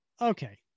okay